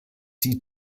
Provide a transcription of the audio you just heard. die